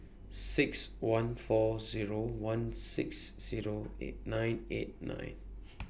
six one four Zero one six Zero eight nine eight nine